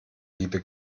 liebe